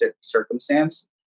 circumstance